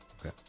Okay